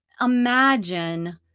imagine